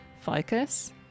Focus